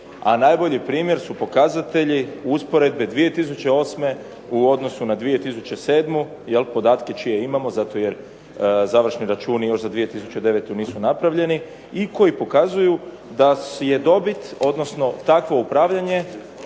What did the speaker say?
najbolji primjer su pokazatelji usporedbe 2008. u odnosu na 2007. podatke čije imamo zato jer završni računi za 2009. nisu napravljeni i koji pokazuju da je dobit odnosno takvo upravljanje,